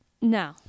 No